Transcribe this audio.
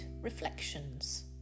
reflections